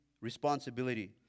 responsibility